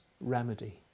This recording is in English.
remedy